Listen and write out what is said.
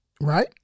Right